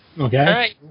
Okay